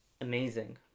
amazing